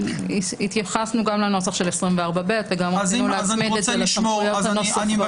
התייחסנו גם לנוסח של 24(ב) ורצינו להצמיד את זה לסמכויות הנוספות.